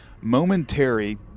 momentary